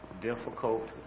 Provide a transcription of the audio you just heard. Difficult